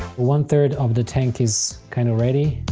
one third of the tank is kind of ready.